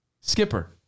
Skipper